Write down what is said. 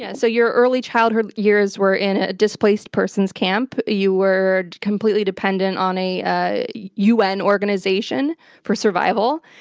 yeah so your early childhood years were in a displaced persons camp, you were completely dependent on a u. n. organization for survival,